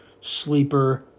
sleeper